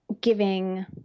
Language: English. giving